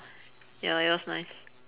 ya it was nice